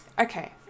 Okay